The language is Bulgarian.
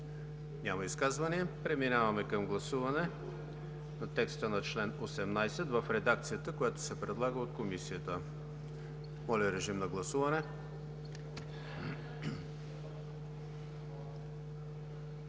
Няма изказвания. Преминаваме към гласуване на текста на чл. 18 в редакцията, която се предлага от Комисията. Гласували